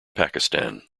pakistan